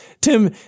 Tim